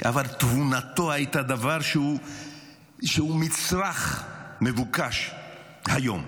אבל תבונתו הייתה דבר שהוא מצרך מבוקש היום.